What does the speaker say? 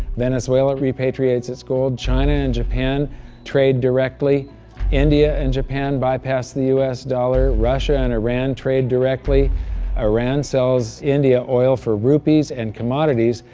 venezuela repatriates its gold. china and japan trade directly india and japan bypass the us dollar. russia and iran trade directly iran sells india oil for rupees and commodities.